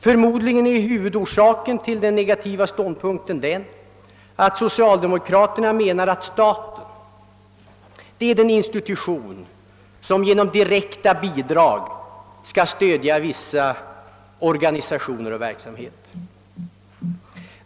Förmodligen är huvudorsaken till den negativa ståndpunkten att socialdemokraterna menar att staten skall vara den institution, som genom direkta bidrag skall stödja vissa organisationer och verksamheter.